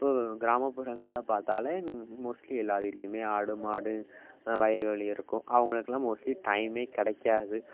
இப்போது கிராமப்புறங்களில் பார்த்தாலே மோஸ்ட்லி எல்லாேர் வீட்லேயுமே ஆடு மாடு வயல்வெளி இருக்கும் அவங்களுக்குலாம் மோஸ்ட்லி டைமே கிடைக்காது